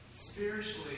Spiritually